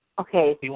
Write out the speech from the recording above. Okay